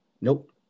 Nope